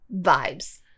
vibes